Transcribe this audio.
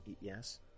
Yes